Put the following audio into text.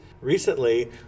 recently